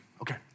okay